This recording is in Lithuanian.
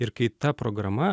ir kai ta programa